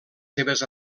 seves